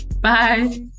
bye